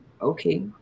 Okay